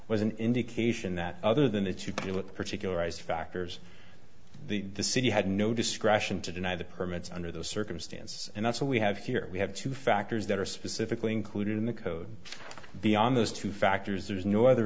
was an indication that other than that you could do it particularize factors the city had no discretion to deny the permits under those circumstances and that's all we have here we have two factors that are specifically included in the code beyond those two factors there's no other